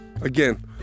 Again